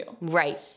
Right